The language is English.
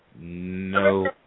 No